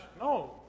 No